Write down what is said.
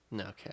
Okay